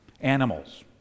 Animals